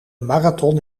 marathon